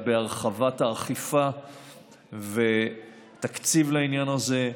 בהרחבת האכיפה ובתקציב לעניין הזה.